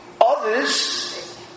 others